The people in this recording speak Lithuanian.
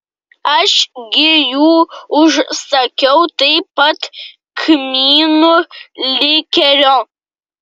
aš gi jų užsakiau taip pat kmynų likerio